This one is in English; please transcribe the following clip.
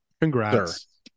congrats